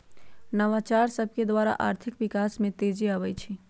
नवाचार सभकेद्वारा आर्थिक विकास में तेजी आबइ छै